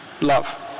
love